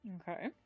Okay